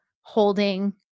holding